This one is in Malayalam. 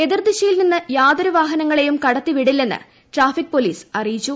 എതിർ ദിശയിൽ നിന്ന് യാതൊരു വാഹനങ്ങളെയും കടത്തിവിടില്ലെന്ന് ട്രാഫിക് പോലിസ് അറിയിച്ചു